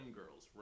girls